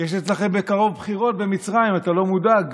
יש אצלכם בקרוב בחירות במצרים, אתה לא מודאג?